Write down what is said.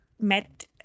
met